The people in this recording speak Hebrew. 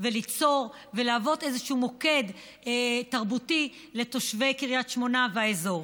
וליצור ולהוות איזשהו מוקד תרבותי לתושבי קריית שמונה והאזור.